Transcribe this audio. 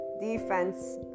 Defense